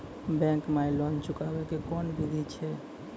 Bank माई loan चुकाबे के कोन बिधि छै?